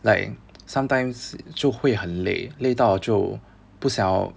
like sometimes 就会很累累到就不想要:jiu hui hen lei dao jiu bu xiang yao